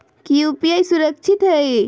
की यू.पी.आई सुरक्षित है?